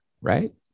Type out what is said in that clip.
right